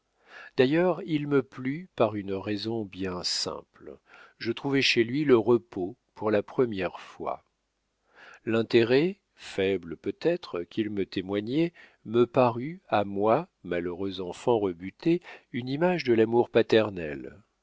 d'ailleurs il me plut par une raison bien simple je trouvais chez lui le repos pour la première fois l'intérêt faible peut-être qu'il me témoignait me parut à moi malheureux enfant rebuté une image de l'amour paternel